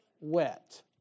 wet